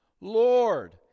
Lord